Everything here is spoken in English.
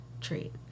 treat